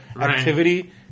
activity